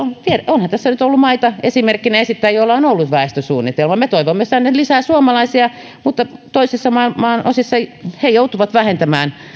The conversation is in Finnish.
onhan tässä nyt ollut esimerkkinä esittää maita joilla on ollut väestösuunnitelma me toivomme tänne lisää suomalaisia mutta toisissa maanosissa joudutaan vähentämään